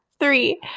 Three